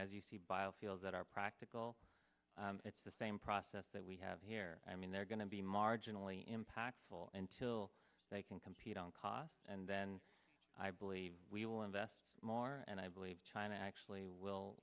as you see biofuels that are practical it's the same process that we have here i mean they're going to be marginally impactful until they can compete on cost and then i believe we will invest more and i believe china actually will